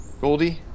Goldie